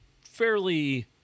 fairly